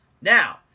Now